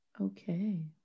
Okay